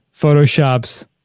photoshops